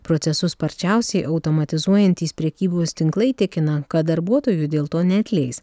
procesus sparčiausiai automatizuojantys prekybos tinklai tikina kad darbuotojų dėl to neatleis